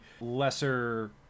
lesser